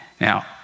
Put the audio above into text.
Now